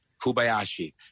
Kubayashi